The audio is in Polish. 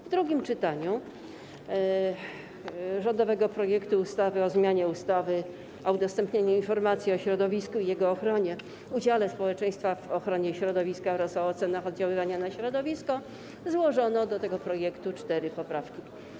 W drugim czytaniu rządowego projektu ustawy o zmianie ustawy o udostępnianiu informacji o środowisku i jego ochronie, udziale społeczeństwa w ochronie środowiska oraz o ocenach oddziaływania na środowisko złożono do tego projektu cztery poprawki.